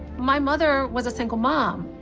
my mother was a single mom.